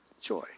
Joy